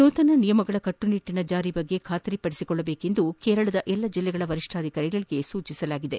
ನೂತನ ನಿಯಮಗಳ ಕಟ್ಟುನಿಟ್ಲಿನ ಜಾರಿಯ ಬಗ್ಗೆ ಖಾತರಿಪಡಿಸಬೇಕೆಂದು ಕೇರಳದ ಎಲ್ಲಾ ಜಿಲ್ಲೆಗಳ ವರಿಷ್ಣಾಧಿಕಾರಿಗಳಿಗೆ ಸೂಚಿಸಲಾಗಿದೆ